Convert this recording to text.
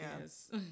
Yes